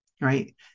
right